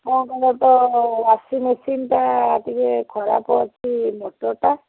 ଆପଣଙ୍କର ତ ୱାଶିଂ ମେସିନ୍ଟା ଟିକେ ଖରାପ ଅଛି ମୋଟର୍ଟା